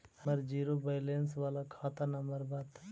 हमर zero balance बाला खाता नम्बर बत?